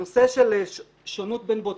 הנושא של שונות בין בודקים.